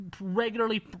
regularly